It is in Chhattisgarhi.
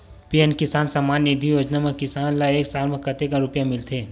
पी.एम किसान सम्मान निधी योजना म किसान ल एक साल म कतेक रुपिया मिलथे?